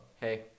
Hey